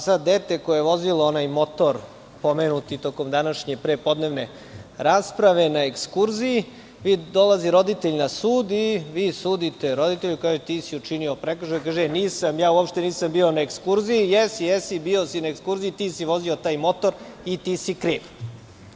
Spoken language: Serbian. Sada dete koje je vozilo motor, pomenuto tokom današnje prepodnevne rasprave, na ekskurziji, dolazi roditelj na sud i vi sudite roditelju, kao ti si učinio prekršaj, kaže – nisam, ja uopšte nisam bio na ekskurziji, jesi, jesi, bio si na ekskurziji ti si vozio taj motor i ti si kriv.